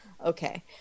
okay